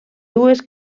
dues